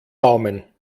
daumen